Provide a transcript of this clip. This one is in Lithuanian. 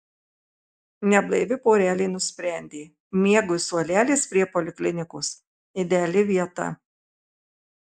neblaivi porelė nusprendė miegui suolelis prie poliklinikos ideali vieta